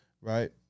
right